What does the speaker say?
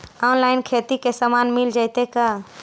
Online खेती के सामान मिल जैतै का?